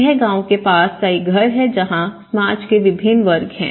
यह गाँव के पास का एक घर है जहां समाज के विभिन्न वर्ग हैं